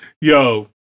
Yo